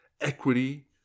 equity